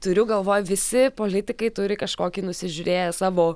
turiu galvoj visi politikai turi kažkokį nusižiūrėję savo